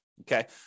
Okay